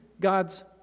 god's